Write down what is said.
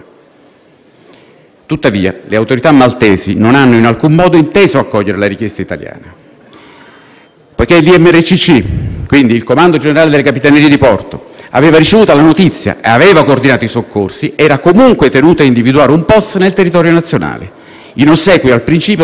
Poiché l'IMRCC, il Comando generale delle Capitanerie di porto, aveva ricevuto la notizia e coordinato i soccorsi, era comunque tenuto a individuare un POS nel territorio nazionale in ossequio al principio della necessaria integrità dei servizi SAR. Non ci può essere una zona vuota.